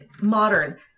modern